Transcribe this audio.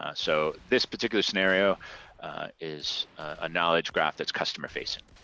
ah so this particular scenario is a knowledge graph that's customer face.